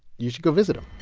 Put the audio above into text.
you should go visit him